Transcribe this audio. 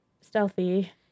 Stealthy